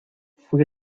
fuí